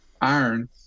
iron